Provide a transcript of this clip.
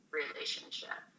relationship